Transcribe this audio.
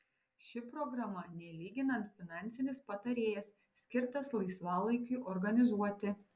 ši programa nelyginant finansinis patarėjas skirtas laisvalaikiui organizuoti